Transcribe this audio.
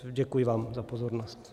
Děkuji vám za pozornost.